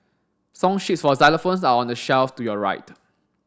song sheets for xylophones are on the shelf to your right